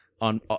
on